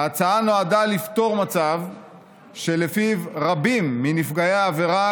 ההצעה נועדה לפתור מצב שבו רבים מנפגעי העבירה